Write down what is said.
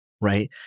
right